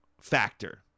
factor